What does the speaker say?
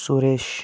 Suresh